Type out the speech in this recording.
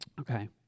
Okay